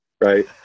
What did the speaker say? right